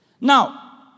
Now